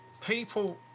people